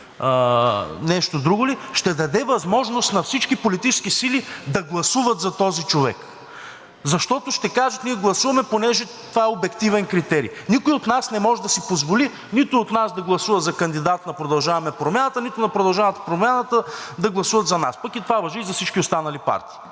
нещо друго ли, ще даде възможност на всички политически сили да гласуват за този човек. Защото ще кажат: „Ние гласуваме, понеже това е обективен критерий.“ Никой от нас не може да си позволи нито от нас да гласува за кандидат на „Продължаваме Промяната“, нито на „Продължаваме Промяната“ да гласуват за нас, пък това важи и за всички останали партии,